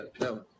No